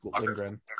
Lindgren